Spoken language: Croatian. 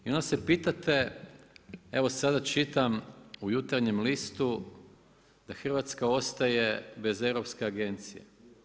I onda se pitate, evo sada čitam u Jutarnjem listu da Hrvatska ostaje bez Europske agencije.